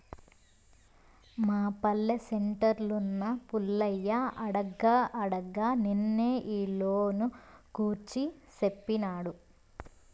మా పల్లె సెంటర్లున్న పుల్లయ్య అడగ్గా అడగ్గా నిన్నే ఈ లోను గూర్చి సేప్పినాడు